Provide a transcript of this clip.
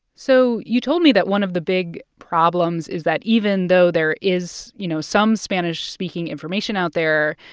so you told me that one of the big problems is that even though there is, you know, some spanish-speaking information out there,